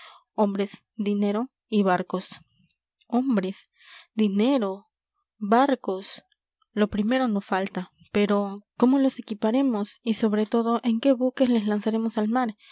hombres dinero y barcos hombres dinero barcos lo primero no falta pero cómo los equiparemos y sobre todo en qué buques les lanzaremos al mar